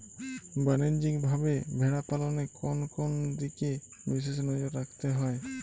বাণিজ্যিকভাবে ভেড়া পালনে কোন কোন দিকে বিশেষ নজর রাখতে হয়?